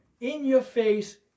in-your-face